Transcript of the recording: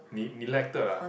ne~ neglected ah